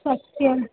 सस्त्यम्